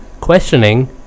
questioning